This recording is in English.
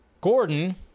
Gordon